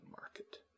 market